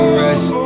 rest